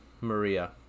Maria